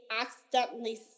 accidentally